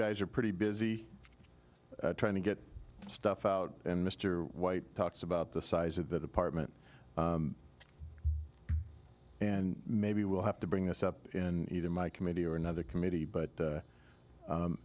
guys are pretty busy trying to get stuff out and mr white talks about the size of the department and maybe we'll have to bring this up in either my committee or another committee but